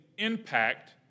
Impact